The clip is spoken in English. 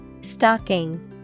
Stocking